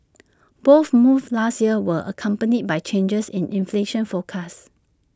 both moves last year were accompanied by changes in inflation forecast